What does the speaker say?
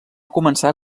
començar